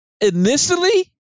initially